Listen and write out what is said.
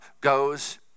goes